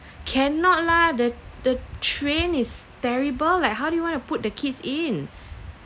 cannot lah the the train is terrible like how do you want to put the kids in